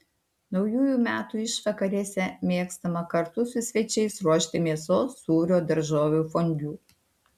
naujųjų metų išvakarėse mėgstama kartu su svečiais ruošti mėsos sūrio daržovių fondiu